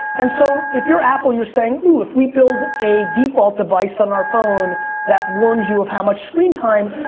and so if you're apple, you're saying oh, if we build a default device on our phone that warns you of how much screen time,